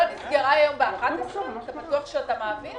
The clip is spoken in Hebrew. (הישיבה נפסקה בשעה 11:25 ונתחדשה בשעה 11:35.)